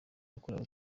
yakorewe